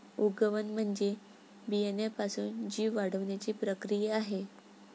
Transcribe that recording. उगवण म्हणजे बियाण्यापासून जीव वाढण्याची प्रक्रिया आहे